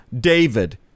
david